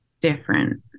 different